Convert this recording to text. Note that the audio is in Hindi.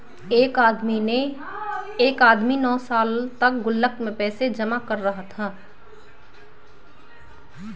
एक आदमी नौं सालों तक गुल्लक में पैसे जमा कर रहा था